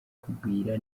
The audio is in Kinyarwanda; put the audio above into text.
kugwira